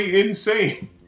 insane